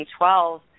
2012